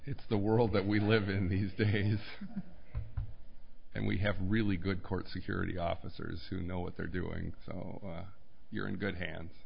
it's the world that we live in these the his and we have really good court security officers who know what they're doing so you're in good hands